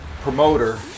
promoter